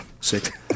sick